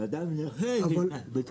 ואדם נכה מקבל 50 שקל?